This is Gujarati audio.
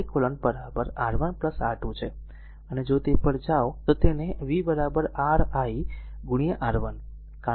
તે r R eq r R1 R2 છે અને જો તે r પર જાઓ તો તેને v 1 r i R1